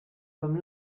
comme